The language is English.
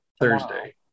Thursday